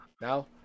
Now